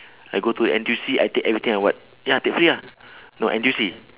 I go to N_T_U_C I take everything I want ya take free ah no N_T_U_C